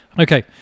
Okay